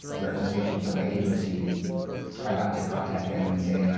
representation. so my agency i got to contact them and say, like